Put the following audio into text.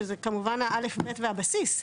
שזה כמובן הא'-ב' והבסיס.